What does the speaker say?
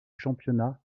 championnat